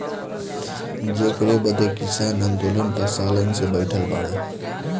जेकरे बदे किसान आन्दोलन पर सालन से बैठल बाड़े